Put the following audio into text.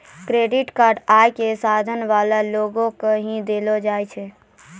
credit card आय क साधन वाला लोगो के ही दयलो जाय छै